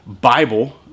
Bible